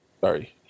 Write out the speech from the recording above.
Sorry